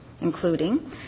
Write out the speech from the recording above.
including